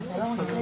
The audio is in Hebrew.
באמת הנלוזים,